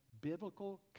biblical